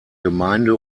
gemeinde